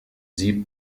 sie